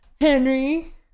Henry